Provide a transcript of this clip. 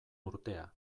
urtea